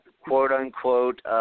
quote-unquote